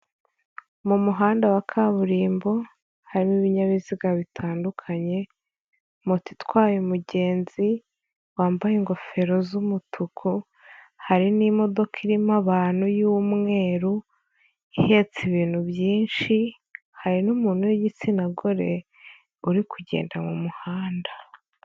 Mu muhanda wa kaburimbo harimo ibinyabiziga bitandukanye, moto itwaye umugenzi wambaye ingofero z'umutuku, hari n'imodoka irimo abantu y'umweru ihetse ibintu byinshi, hari n'umuntu w'igitsina gore uri kugenda mu muhanda.